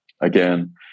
again